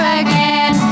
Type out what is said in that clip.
again